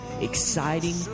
exciting